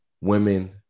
women